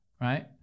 right